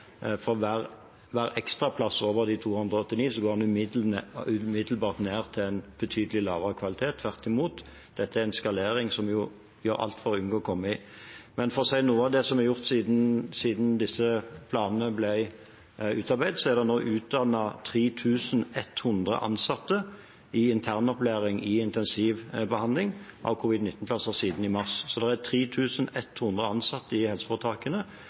for hver ekstra plass over de 289 går en umiddelbart ned til en betydelig lavere kvalitet – tvert imot. Dette er en eskalering som vi gjør alt for å unngå å komme i. Men for å si noe om det som er gjort siden disse planene ble utarbeidet: Det er nå utdannet 3 100 ansatte i internopplæring i intensivbehandling av covid-19-plasser siden mars. Så det er 3 100 ansatte i helseforetakene